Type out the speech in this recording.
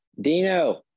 Dino